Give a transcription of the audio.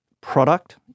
product